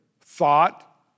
thought